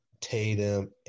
Tatum